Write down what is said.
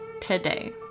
today